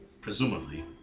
presumably